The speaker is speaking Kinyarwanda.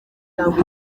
cyangwa